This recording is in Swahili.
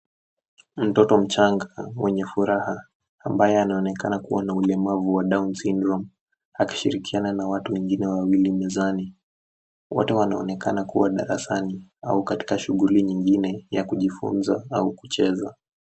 Mtoto mchanga mwenye furaha ambaye anaonekana kuwa na ulemavu wa cs[down syndrome]cs akishirikiana na watu wengine wawili mezani. Wote wanaonekana kuwa darasani au katika shuguli nyingine ya kujifunza au kucheza.